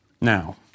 Now